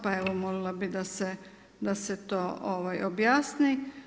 Pa evo molila bi da se to objasni.